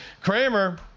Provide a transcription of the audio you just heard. Kramer